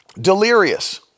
delirious